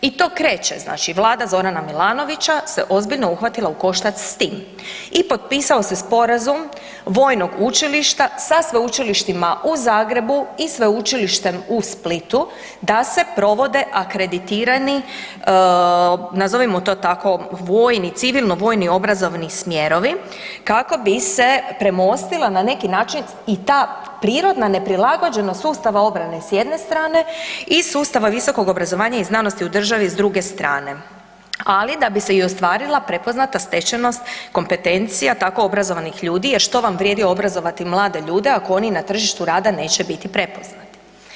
I to kreće, znači Vlada Z. Milanovića se ozbiljno uhvatila u koštac s tim i potpisao se sporazum vojnog učilišta sa Sveučilišta u Zagrebu i Sveučilištem u Splitu da se provode akreditirani nazovimo to tako, vojni, civilno-vojni obrazovni smjerovi kako bi se premostila na neki način i ta prirodna neprilagođenost sustava obrane s jedne strane i sustava visokog obrazovanja i znanosti u državi s druge strane, ali da bi se i ostvarila prepoznata stečenost kompetencija tako obrazovanih ljudi jer što vam vrijedi obrazovati mlade ljude ako oni na tržištu rada neće biti prepoznati.